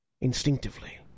instinctively